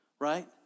right